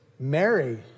Mary